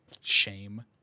Shame